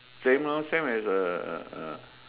famous same as uh uh uh